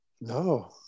No